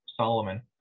Solomon